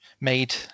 made